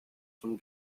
von